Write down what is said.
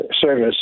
service